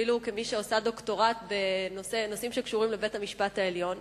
אפילו כמי שעושה דוקטורט בנושאים שקשורים לבית-המשפט העליון,